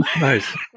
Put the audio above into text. Nice